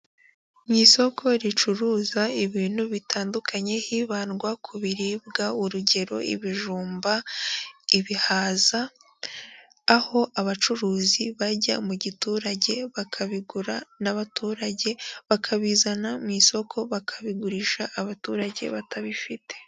Mu isoko ricuruza ibintu bitandukanye hibandwa ku biribwa, urugero ibijumba, ibihaza, aho abacuruzi bajya mu giturage bakabigura n'abaturage, bakabizana mu isoko bakabigurisha abaturage batabifite.